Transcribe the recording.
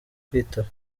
kwitaba